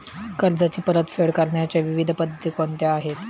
कर्जाची परतफेड करण्याच्या विविध पद्धती कोणत्या आहेत?